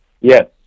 Yes